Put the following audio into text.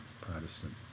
Protestant